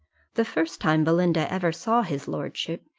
the first time belinda ever saw his lordship,